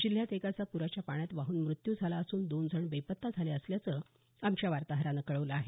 जिल्ह्यात एकाचा पुराच्या पाण्यात वाहून मृत्यू झाला असून दोन जण बेपत्ता झाले असल्याचं आमच्या वार्ताहरानं कळवलं आहे